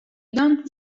don’t